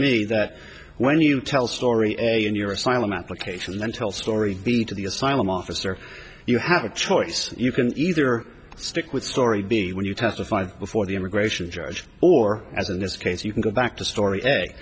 me that when you tell a story a in your asylum application then tell a story be to the asylum officer you have a choice you can either stick with story b when you testify before the immigration judge or as in this case you can go back to story eg